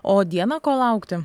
o dieną ko laukti